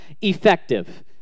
effective